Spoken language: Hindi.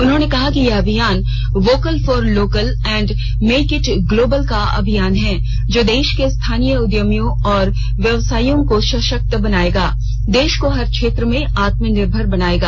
उन्होंने कहा कि यह अभियान vocal for local and make it global का अभियान है जो देश के स्थानीय उद्यमियों और व्यावसायियों को सशक्त बनाएगा देश को हर क्षेत्र में आत्मनिर्भर बनाएगा